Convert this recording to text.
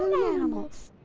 animals!